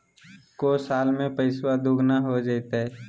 को साल में पैसबा दुगना हो जयते?